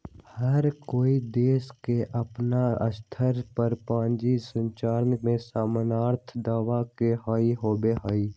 हर कोई देश के अपन स्तर पर पूंजी संरचना के समर्थन देवे के ही होबा हई